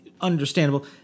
understandable